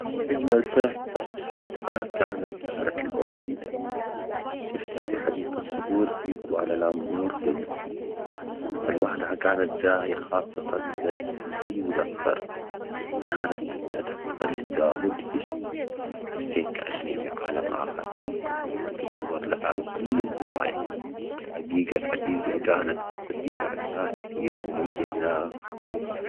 أجمل زهرة شفتها كانت زهرة الأوركيدا، شفتها في حديقة زهور في كوالالامبور قبل سنة، ألوانها كانت زاهية خاصةً البنفسجي والأصفر كانت تنفتح بطريقة مدهشة، حسيت كأني في عالم آخر كنت ألتقط صور لها من كل الزوايا، والحقيقة الحديقة كانت بيها أزهار كثير مميزة ومبهجة.